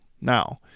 Now